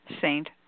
saint